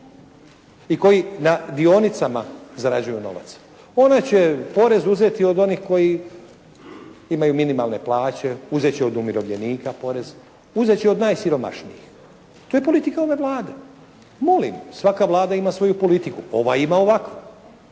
i koji na dionicama zarađuju novac. Ona će porez uzeti od onih koji imaju minimalne plaće, uzet će od umirovljenika porez, uzet će od najsiromašnijih. To je politika ove Vlade. Molim, svaka Vlada ima svoju politiku, ova ima ovakvu.